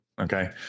Okay